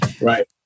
Right